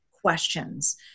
questions